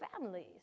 families